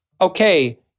Okay